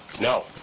No